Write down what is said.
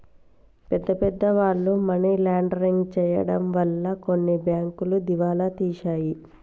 పెద్ద పెద్ద వాళ్ళు మనీ లాండరింగ్ చేయడం వలన కొన్ని బ్యాంకులు దివాలా తీశాయి